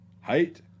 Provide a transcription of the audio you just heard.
height